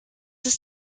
ist